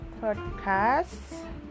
podcast